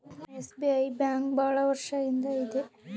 SBI bank ಭಾಳ ವರ್ಷ ಇಂದ ಇದೆ